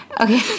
okay